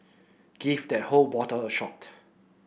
give that whole bottle a shot